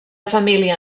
família